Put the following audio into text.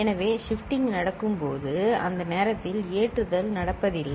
எனவே ஷிப்டிங் நடக்கும் போது அந்த நேரத்தில் ஏற்றுதல் நடப்பதில்லை